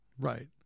right